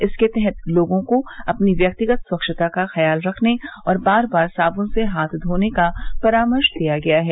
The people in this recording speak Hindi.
इसके तहत लोगों को अपनी व्यक्तिगत स्वच्छता का ख्याल रखने और बार बार साबन से हाथ धोने का परामर्श दिया गया है